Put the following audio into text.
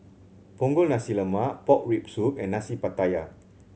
Punggol Nasi Lemak pork rib soup and Nasi Pattaya